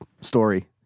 story